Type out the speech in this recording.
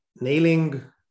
nailing